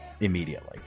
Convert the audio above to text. immediately